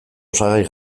osagai